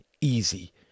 easy